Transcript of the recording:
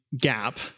gap